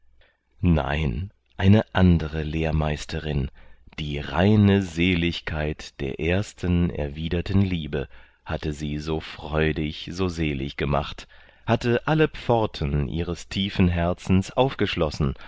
nein eine andere lehrmeisterin die reine seligkeit der ersten erwiderten liebe hatte sie so freudig so selig gemacht hatte alle pforten ihres tiefen herzens aufgeschlossen